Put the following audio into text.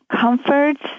comforts